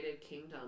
Kingdom